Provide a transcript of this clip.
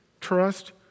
Trust